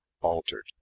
altered